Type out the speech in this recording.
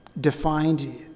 defined